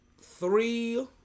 three